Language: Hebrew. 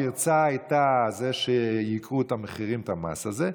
הפרצה הייתה זה שייקרו את המחירים במס הזה,